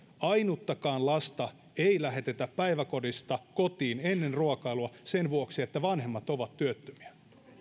ainuttakaan lasta ei lähetetä päiväkodista kotiin ennen ruokailua sen vuoksi että vanhemmat ovat työttömiä